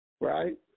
Right